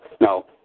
no